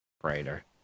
brighter